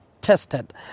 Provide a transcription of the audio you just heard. tested